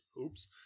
oops